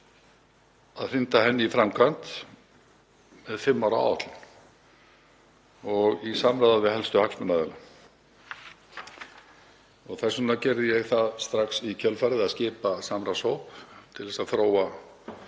að hrinda henni í framkvæmd með fimm ára áætlun og í samráði við helstu hagsmunaaðila. Þess vegna gerði ég það strax í kjölfarið að skipa samráðshóp til að þróa